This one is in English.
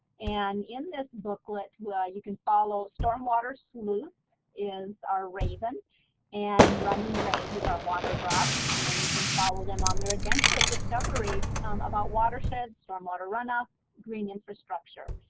and in this booklet you can follow, stormwater sleuth is our raven and running rain is our water drop, and you can follow them on their adventure of discovery about watersheds, stormwater runoff, green infrastructure,